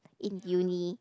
in uni